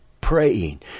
praying